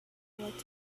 what